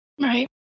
right